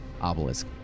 obelisk